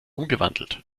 umgewandelt